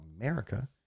America